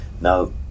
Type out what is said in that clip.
Now